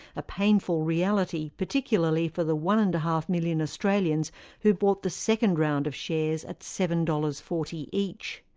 a painful reality, particularly for the one and a half million australians who bought the second round of shares at seven dollars. forty each.